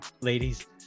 ladies